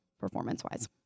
performance-wise